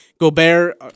Gobert